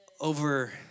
over